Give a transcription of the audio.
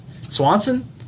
Swanson